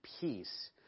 peace